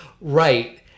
right